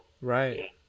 right